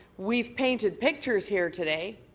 we've painted pictures here today.